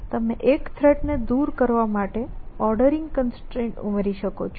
તમે એક થ્રેટ ને દૂર કરવા માટે ઓર્ડરિંગ કન્સ્ટ્રેઈન્ટ ઉમેરી શકો છો